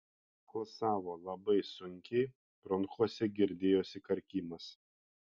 alsavo labai sunkiai bronchuose girdėjosi karkimas